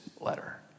letter